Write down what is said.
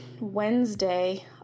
Wednesday